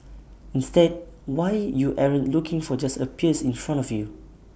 instead why you aren't looking for just appears in front of you